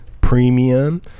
premium